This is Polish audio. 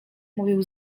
mówił